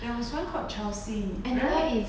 there was one called chelsea right